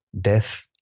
death